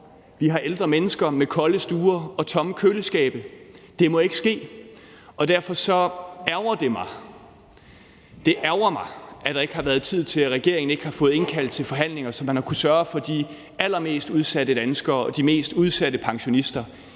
vi har ældre mennesker med kolde stuer og tomme køleskabe – det må ikke ske. Derfor ærgrer det mig – det ærgrer mig – at der ikke har været tid til, at regeringen har fået indkaldt til forhandlinger, så man har kunnet få sørget for de allermest udsatte danskere og de mest udsatte pensionister